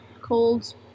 cold